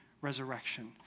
resurrection